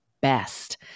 best